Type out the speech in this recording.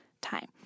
time